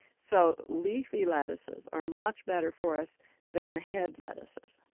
so leafy lettuces are much better for us than the head lettuces.